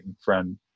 friend